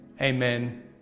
amen